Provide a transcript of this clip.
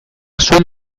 soil